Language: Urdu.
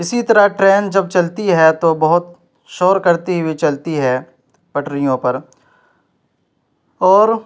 اسی طرح ٹرین جب چلتی ہے تو بہت شور کرتی ہوئی چلتی ہے پٹریوں پر اور